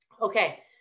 Okay